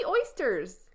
oysters